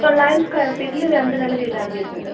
തൊള്ളായിരം സ്ക്വയർ ഫീറ്റിൽ രണ്ട് നീല വീടാണ് വരുന്നത്